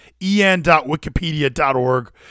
en.wikipedia.org